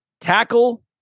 tackle